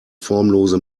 formlose